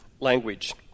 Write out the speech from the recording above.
Language